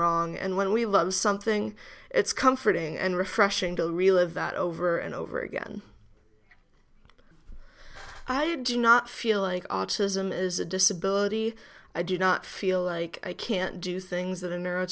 wrong and when we love something it's comforting and refreshing to relive that over and over again i do not feel like autism is a disability i do not feel like i can't do things that are